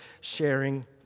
sharing